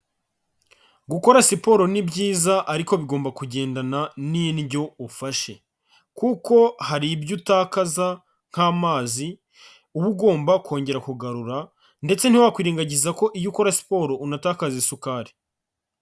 Gukora siporo ni byiza ariko bigomba kugendana n'indyo ufashe kuko hari ibyo utakaza nk'amazi uba ugomba kongera kugarura ndetse ntiwakirengagiza ko iyo ukora siporo unatakaza isukari.